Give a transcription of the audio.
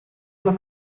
alla